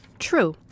True